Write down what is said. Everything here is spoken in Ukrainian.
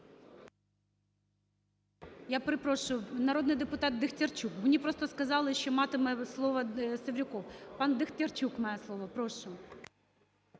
Я перепрошую, народний депутат Дехтярчук. Мені просто сказали, що матиме слово Севрюков. Пан Дехтярчук має слово. Прошу.